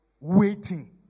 waiting